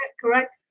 correct